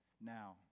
now